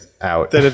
out